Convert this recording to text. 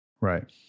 Right